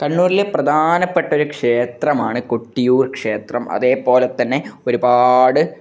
കണ്ണൂരിലെ പ്രധാനപ്പെട്ട ഒരു ക്ഷേത്രമാണ് കൊട്ടിയൂർ ക്ഷേത്രം അതേപോലെ തന്നെ ഒരുപാട്